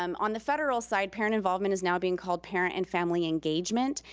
um on the federal side, parent involvement is now being called parent and family engagement.